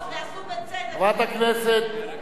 חברת הכנסת אבסדזה.